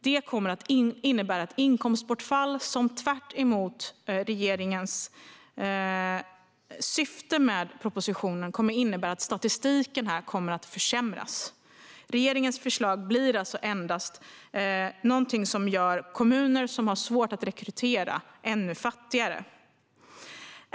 Det medför ett inkomstbortfall som, tvärtemot regeringens syfte med propositionen, kommer att ge en försämrad statistik. Regeringens förslag kommer att göra kommuner som har svårt att rekrytera ännu fattigare.